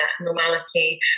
normality